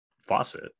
faucet